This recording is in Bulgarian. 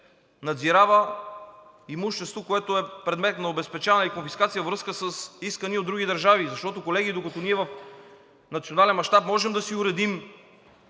надзирава имущество, което е предмет на обезпечаване и конфискация във връзка с искания от други държави. Защото, колеги, докато ние в национален мащаб можем да си уредим